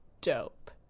dope